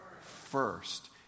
first